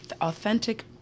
authentic